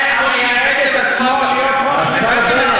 זה המייעד את עצמו להיות ראש ממשלה, השר בנט,